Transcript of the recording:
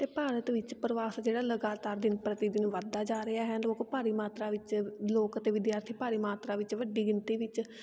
ਅਤੇ ਭਾਰਤ ਵਿੱਚ ਪ੍ਰਵਾਸ ਜਿਹੜਾ ਲਗਾਤਾਰ ਦਿਨ ਪ੍ਰਤੀ ਦਿਨ ਵੱਧਦਾ ਜਾ ਰਿਹਾ ਹੈ ਲੋਕ ਭਾਰੀ ਮਾਤਰਾ ਵਿੱਚ ਲੋਕ ਅਤੇ ਵਿਦਿਆਰਥੀ ਭਾਰੀ ਮਾਤਰਾ ਵਿੱਚ ਵੱਡੀ ਗਿਣਤੀ ਵਿੱਚ